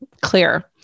clear